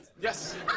Yes